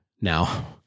now